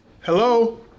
hello